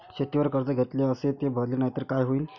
शेतीवर कर्ज घेतले अस ते भरले नाही तर काय होईन?